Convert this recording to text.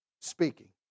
speaking